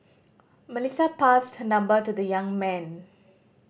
Melissa passed her number to the young man